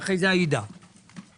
אדוני השר,